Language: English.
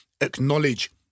acknowledge